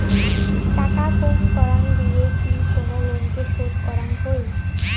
টাকা কুম করাং দিয়ে যদি কোন লোনকে শোধ করাং হই